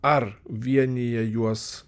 ar vienija juos